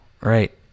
Right